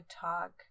talk